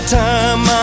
time